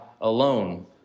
alone